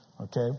okay